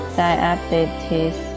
diabetes